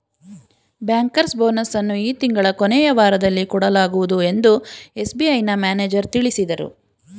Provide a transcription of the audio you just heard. bankers bonus ಅನ್ನು ಈ ತಿಂಗಳ ಕೊನೆಯ ವಾರದಲ್ಲಿ ಕೊಡಲಾಗುವುದು ಎಂದು ಎಸ್.ಬಿ.ಐನ ಮ್ಯಾನೇಜರ್ ತಿಳಿಸಿದರು